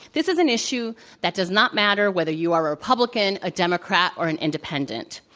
this is an issue that does not matter whether you are a republican, a democrat, or an independent.